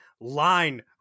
line